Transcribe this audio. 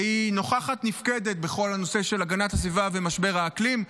שהיא נוכחת נפקדת בכל הנושא של הגנת הסביבה ומשבר האקלים.